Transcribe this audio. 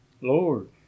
Lord